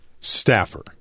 Staffer